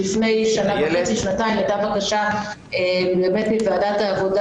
לפני שנה וחצי שנתיים הייתה בקשה מוועדת העבודה